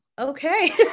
okay